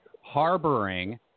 harboring